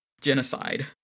Genocide